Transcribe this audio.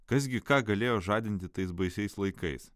kas gi ką galėjo žadinti tais baisiais laikais